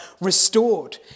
restored